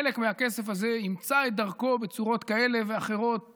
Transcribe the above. וחלק מהכסף הזה ימצא דרכו בצורות כאלה ואחרות